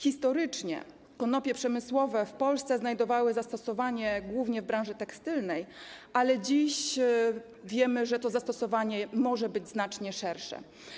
Historycznie konopie przemysłowe w Polsce znajdowały zastosowanie głównie w branży tekstylnej, ale dziś wiemy, że to zastosowanie może być znacznie szersze.